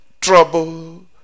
trouble